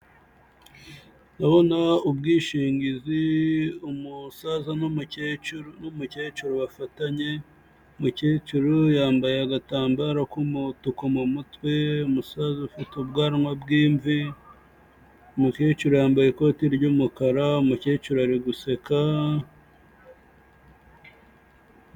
Ndabona ubwishingizi, umusaza n'umukecuru n'umukecuru bafatanye, umukecuru yambaye agatambaro k'umutuku mu mutwe, umusaza ufite ubwanwa bw'imvi, umukecuru yambaye ikoti ry'umukara, umukecuru ari guseka.